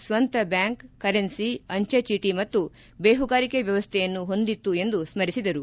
ಸ್ವಂತ bank currency ಅಂಚೆ ಚೀಟಿ ಮತ್ತು ಬೇಹುಗಾರಿಕೆ ವ್ಯವಸ್ಥೆಯನ್ನು ಹೊಂದಿತ್ತು ಎಂದು ಸ್ಮರಿಸಿದರು